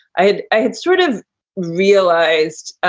i had i had sort of realized,